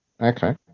okay